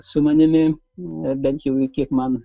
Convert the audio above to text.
su manimi bent jau kiek man